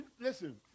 Listen